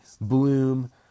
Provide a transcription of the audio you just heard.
bloom